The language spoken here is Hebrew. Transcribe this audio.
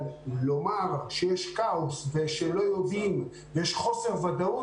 אבל לומר שיש כאוס ושלא יודעים, יש חוסר ודאות